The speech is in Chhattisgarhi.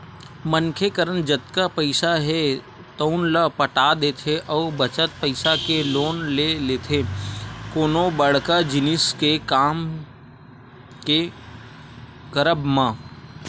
मनखे करन जतका पइसा हे तउन ल पटा देथे अउ बचत पइसा के लोन ले लेथे कोनो बड़का जिनिस के काम के करब म